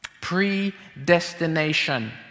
Predestination